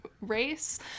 race